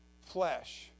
flesh